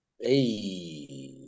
Hey